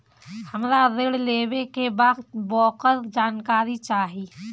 हमरा ऋण लेवे के बा वोकर जानकारी चाही